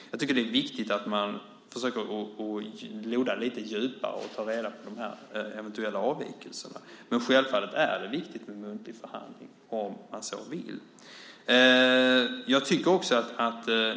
Jag tycker att det är viktigt att man försöker loda lite djupare och ta reda på de eventuella avvikelserna. Men självfallet är det viktigt med en muntlig förhandling om man så vill.